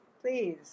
please